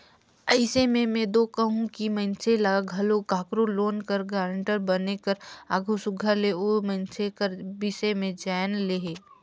अइसे में में दो कहूं कि मइनसे ल घलो काकरो लोन कर गारंटर बने कर आघु सुग्घर ले ओ मइनसे कर बिसे में जाएन लेहे